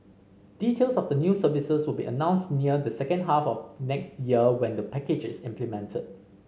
details of the new services will be announced near the second half of next year when the package is implemented